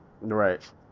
Right